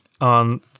on